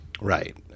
Right